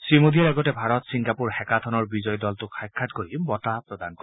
শ্ৰীমোদীয়ে লগতে ভাৰত ছিংগাপুৰ হেকাথনৰ বিজয়ী দলটোক সাক্ষাৎ কৰি বঁটা প্ৰদান কৰে